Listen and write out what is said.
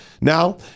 Now